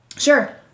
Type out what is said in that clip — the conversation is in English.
Sure